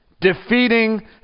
defeating